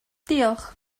diolch